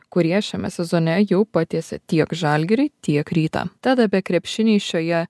kurie šiame sezone jau patiesė tiek žalgirį tiek rytą tad apie krepšinį šioje